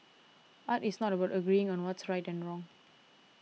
art is not about agreeing on what's right or wrong